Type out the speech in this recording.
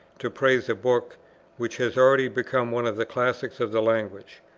to praise a book which has already become one of the classics of the language.